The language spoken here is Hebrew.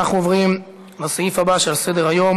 אנחנו עוברים לסעיף הבא על סדר-היום: